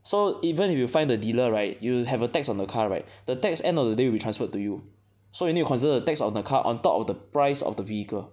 so even if you find the dealer right you'll have a tax on the car right the tax end of the day will transferred to you so you need to consider a tax on the car on top of the price of the vehicle